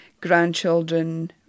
grandchildren